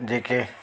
जेके